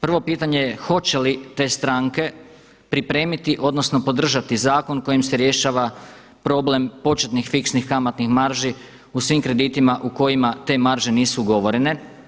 Prvo pitanje je hoće li te stranke pripremiti, odnosno podržati zakon kojim se rješava problem početnih fiksnih kamatnih marži u svim kreditima u kojima te marže nisu ugovorene.